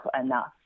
enough